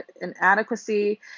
inadequacy